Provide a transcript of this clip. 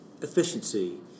efficiency